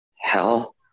hell